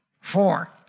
four